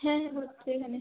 হ্যাঁ হচ্ছে এখানে